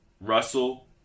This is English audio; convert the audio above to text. Russell